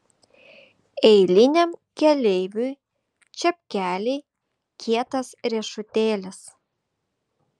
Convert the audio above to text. eiliniam keleiviui čepkeliai kietas riešutėlis